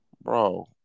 Bro